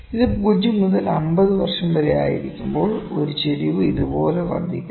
ഇത് 0 മുതൽ 50 വർഷം വരെ ആയിരിക്കുമ്പോൾ ഒരു ചരിവ് ഇതുപോലെ വർദ്ധിക്കുന്നു